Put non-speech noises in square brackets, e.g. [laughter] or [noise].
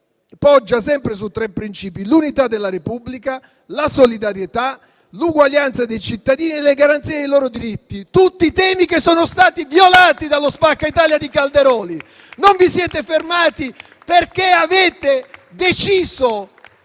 poggia sempre su tre principi: l'unità della Repubblica, la solidarietà, l'uguaglianza dei cittadini e le garanzie dei loro diritti. Tutti temi che sono stati violati dallo "spacca-Italia" di Calderoni. [applause] Non vi siete fermati, perché avete deciso